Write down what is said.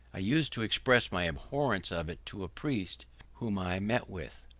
i used to express my abhorrence of it to a priest whom i met with.